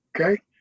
okay